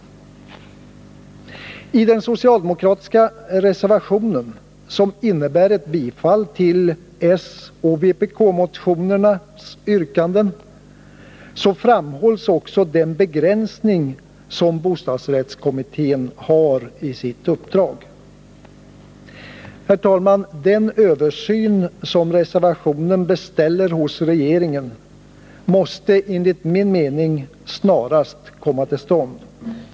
I den socialdemokratiska reservationen, som innebär ett bifall till socialdemokraternas och vkp:s motionsyrkanden, framhålles också den begränsning som bostadsrättskommittén har i sitt uppdrag. Herr talman! Den översyn som reservationen beställer hos regeringen måste enligt min mening snarast komma till stånd.